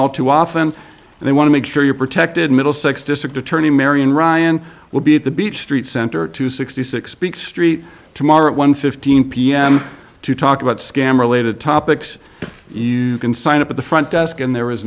all too often they want to make sure you're protected middlesex district attorney marian ryan will be at the beach street center to sixty six speak street tomorrow at one fifteen pm to talk about scam related topics you can sign up at the front desk and there